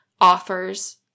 offers